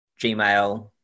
Gmail